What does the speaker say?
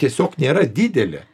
tiesiog nėra didelė